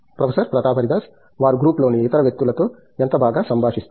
professor Pratap Haridas వారు group లోని ఇతర వ్యక్తులతో ఎంత బాగా సంభాషిస్తారు